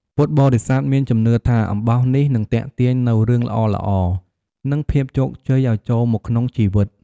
ពុទ្ធបរិស័ទមានជំនឿថាអំបោះនេះនឹងទាក់ទាញនូវរឿងល្អៗ និងភាពជោគជ័យឲ្យចូលមកក្នុងជីវិត។